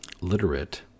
literate